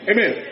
Amen